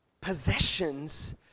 possessions